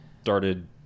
started